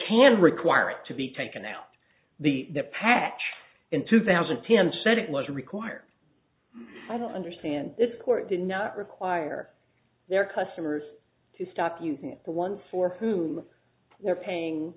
can require it to be taken out the patch in two thousand and ten said it was required i don't understand this court did not require their customers to stop using it for once for whom they're paying